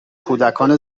کودکان